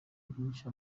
byinshi